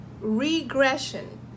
regression